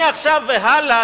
מעכשיו והלאה,